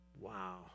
Wow